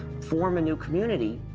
form a new community